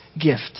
gift